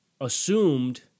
assumed